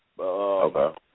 Okay